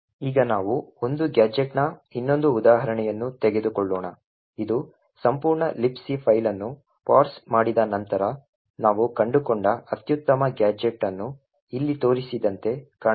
ಈಗ ನಾವು ಒಂದು ಗ್ಯಾಜೆಟ್ನ ಇನ್ನೊಂದು ಉದಾಹರಣೆಯನ್ನು ತೆಗೆದುಕೊಳ್ಳೋಣ ಇದು ಸಂಪೂರ್ಣ Libc ಫೈಲ್ ಅನ್ನು ಪಾರ್ಸ್ ಮಾಡಿದ ನಂತರ ನಾವು ಕಂಡುಕೊಂಡ ಅತ್ಯುತ್ತಮ ಗ್ಯಾಜೆಟ್ ಅನ್ನು ಇಲ್ಲಿ ತೋರಿಸಿದಂತೆ ಕಾಣಬಹುದು